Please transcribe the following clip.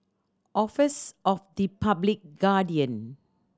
office of the Public Guardian